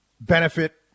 benefit